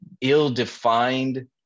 ill-defined